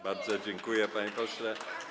Bardzo dziękuję, panie pośle.